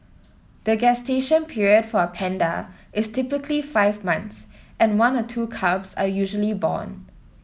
the gestation period for a panda is typically five months and one or two cubs are usually born